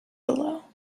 below